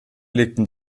legten